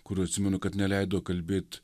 kurių atsimenu kad neleido kalbėt